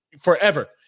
forever